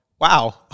wow